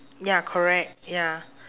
ya correct ya